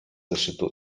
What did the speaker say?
zeszytu